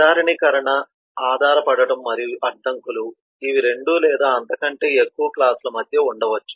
సాధారణీకరణ ఆధారపడటం మరియు అడ్డంకులు ఇవి 2 లేదా అంతకంటే ఎక్కువ క్లాస్ల మధ్య ఉండవచ్చు